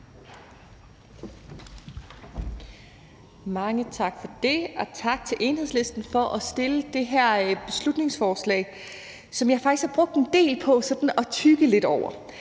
Mange tak for det, og tak til Enhedslisten for at fremsætte det her beslutningsforslag, som jeg faktisk har brugt en del tid på at tygge over.